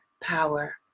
power